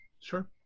Sure